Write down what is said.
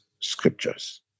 Scriptures